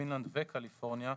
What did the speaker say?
פינלנד וקליפורניה,